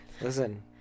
Listen